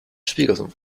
schwiegersohn